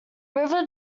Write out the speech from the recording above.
river